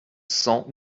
cent